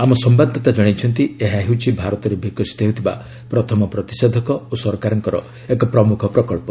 ଆମ ସମ୍ଭାଦଦାତା ଜଣାଇଛନ୍ତି ଏହା ହେଉଛି ଭାରତରେ ବିକଶିତ ହେଉଥିବା ପ୍ରଥମ ପ୍ରତିଷେଧକ ଓ ସରକାରଙ୍କର ଏକ ପ୍ରମୁଖ ପ୍ରକଳ୍ପ